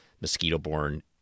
mosquito-borne